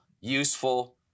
useful